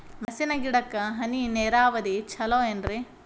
ಮೆಣಸಿನ ಗಿಡಕ್ಕ ಹನಿ ನೇರಾವರಿ ಛಲೋ ಏನ್ರಿ?